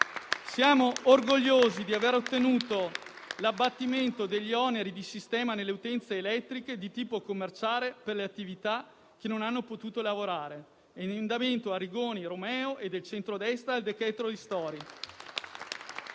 Siamo orgogliosi di aver ottenuto l'abbattimento degli oneri di sistema nelle utenze elettriche di tipo commerciale per le attività che non hanno potuto lavorare (emendamento Arrigoni, Romeo e del centrodestra al decreto ristori).